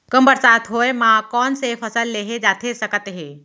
कम बरसात होए मा कौन से फसल लेहे जाथे सकत हे?